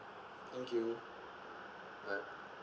thank you bye